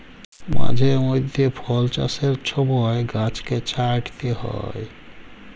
মাঝে মইধ্যে ফল চাষের ছময় গাহাচকে ছাঁইটতে হ্যয়